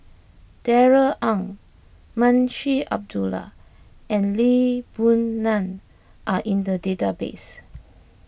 Darrell Ang Munshi Abdullah and Lee Boon Ngan are in the database